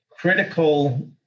critical